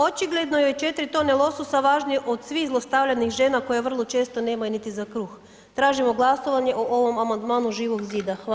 Očigledno joj 4 tone lososa važnije od svih zlostavljanih žena koje vrlo često nemaju niti za kruh, tražimo glasovanje o ovom amandmanu Živog zida, hvala.